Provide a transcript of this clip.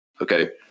okay